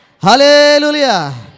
Hallelujah